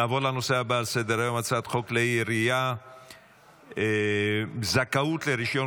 נעבור לנושא הבא על סדר-היום הצעת חוק כלי הירייה (זכאות לרישיון